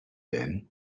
then